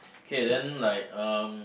K then like um